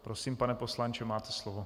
Prosím, pane poslanče, máte slovo.